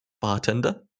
bartender